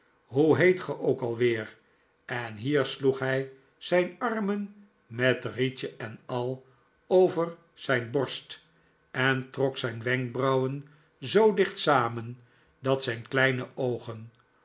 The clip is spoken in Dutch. hoe heet geook alweer en hier sloeg hij zijn armen met rietje en al over zijn borst en steerforth veroorzaakt een ontslag trok zijn wenkbrauwen zoo dicht samen dat zijn kleine oogen